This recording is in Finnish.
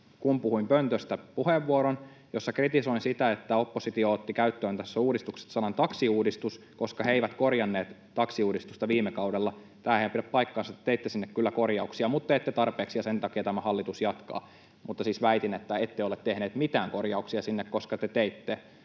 kun puhuin pöntöstä puheenvuoron, jossa kritisoin sitä, että oppositio otti käyttöön tässä uudistuksessa sanan ”taksiuudistus”, koska he eivät korjanneet taksiuudistusta viime kaudella. Tämähän ei pidä paikkaansa. Te teitte sinne kyllä korjauksia, mutta ette tarpeeksi, ja sen takia tämä hallitus jatkaa. Mutta siis väitin, että ette ole tehneet mitään korjauksia sinne. Te kyllä teitte